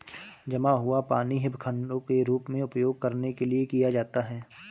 जमा हुआ पानी हिमखंडों के रूप में उपयोग करने के लिए किया जाता है